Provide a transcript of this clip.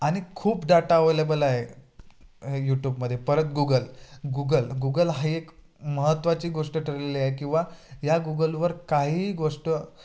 आनि खूप data available आहे यूट्यूबमध्ये परत गुगल गुगल गुगल हा एक महत्वाची गोष्ट ठरलेली आहे किंवा या गुगलवर काही गोष्ट